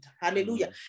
hallelujah